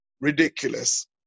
ridiculous